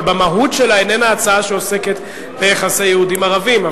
אבל במהות שלה היא איננה הצעה שעוסקת ביחסי יהודים-ערבים,